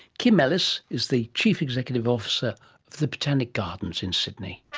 kim ellis is the chief executive officer of the botanic gardens in sydney.